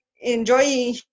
enjoy